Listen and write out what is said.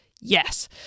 Yes